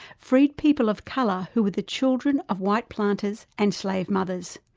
freed people of colour who were the children of white planters and slave mothers.